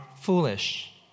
foolish